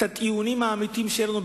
כך את הטיעונים האמיתיים שלנו,